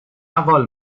وال